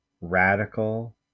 radical